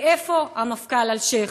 איפה המפכ"ל אלשיך?